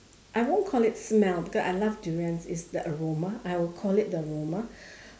I won't call it smell because I love durian it's the aroma I will call it aroma